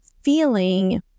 feeling